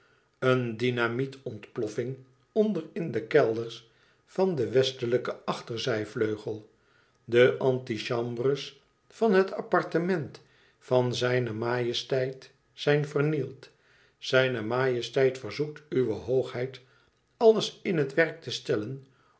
othomar een dynamiet ontploffing onder in de kelders van den westelijken achterzijvleugel de antichambres van het appartement van zijne majesteit zijn vernield zijne majesteit verzoekt uwe hoogheid alles in het werk te stellen